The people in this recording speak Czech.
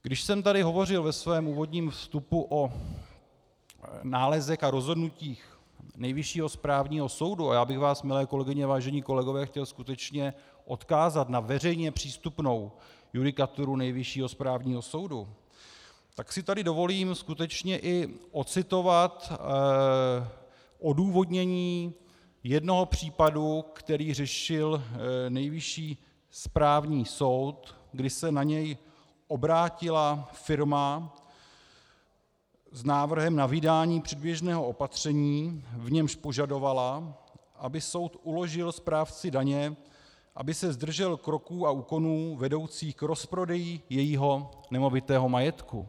Když jsem tady hovořil ve svém úvodním vstupu o nálezech a rozhodnutích Nejvyššího správního soudu, a já bych vás, milé kolegyně, vážení kolegové, chtěl skutečně odkázat na veřejně přístupnou judikaturu Nejvyššího správního soudu, pak si tady dovolím skutečně i odcitovat odůvodnění jednoho případu, který řešil Nejvyšší správní soud, kdy se na něj obrátila firma s návrhem na vydání předběžného opatření, v němž požadovala, aby soud uložil správci daně, aby se zdržel kroků a úkonů vedoucích k rozprodeji jejího nemovitého majetku.